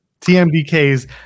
TMDK's